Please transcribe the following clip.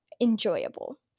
enjoyable